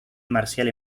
marcial